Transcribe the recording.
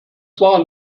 waren